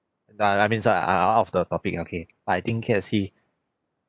ya I mean sorry I I off the topic yeah okay I think K_F_C